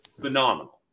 phenomenal